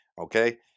Okay